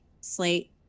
slate